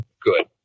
Good